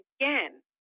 again